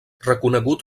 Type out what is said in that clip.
reconegut